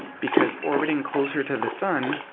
because orbiting closer to the sun,